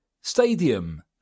Stadium